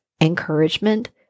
encouragement